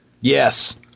Yes